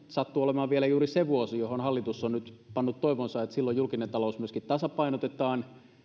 sattuu olemaan vielä juuri se vuosi johon hallitus on nyt pannut toivonsa että silloin julkinen talous myöskin tasapainotetaan